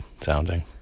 sounding